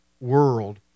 world